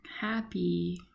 happy